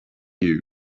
you